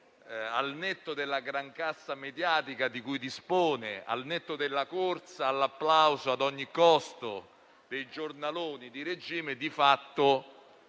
al netto della grancassa mediatica di cui dispone, al netto della corsa all'applauso ad ogni costo dei giornaloni di regime, di fatto